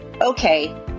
Okay